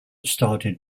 started